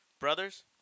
Brothers